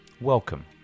Welcome